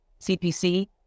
CPC